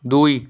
দুই